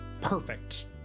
perfect